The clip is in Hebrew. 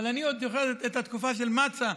אבל אני עוד זוכר את התקופה של מצ"א,